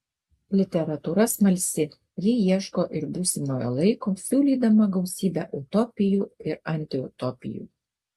literatūra smalsi ji ieško ir būsimojo laiko siūlydama gausybę utopijų ir antiutopijų